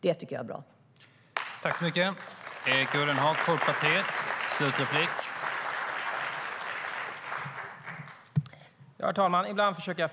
Det tycker jag är bra.